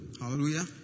Hallelujah